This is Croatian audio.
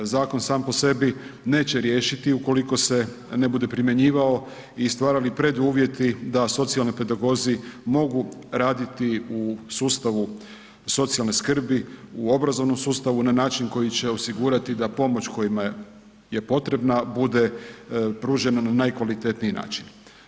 Zakon sam po sebi neće riješiti ukoliko se ne bude primjenjivao i stvarali preduvjeti i da socijalni pedagozi mogu raditi u sustavu socijalne skrbi, u obrazovnom sustavu na način koji će osigurati da pomoć kojima je potrebna bude pružena na najkvalitetniji način.